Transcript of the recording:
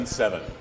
seven